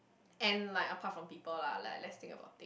and like apart of people lah like let's think about it